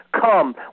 come